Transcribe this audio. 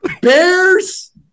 Bears